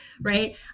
Right